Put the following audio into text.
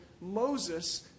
Moses